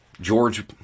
George